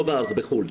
לא בארץ, בחו"ל.